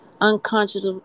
unconscious